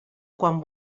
quan